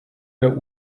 der